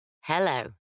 Hello